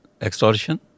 extortion